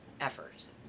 efforts